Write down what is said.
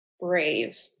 brave